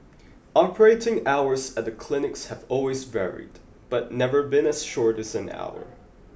operating hours at the clinics have always varied but never been as short as an hour